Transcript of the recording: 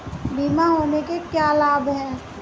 बीमा होने के क्या क्या लाभ हैं?